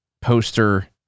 poster